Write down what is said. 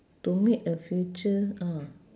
to meet a future uh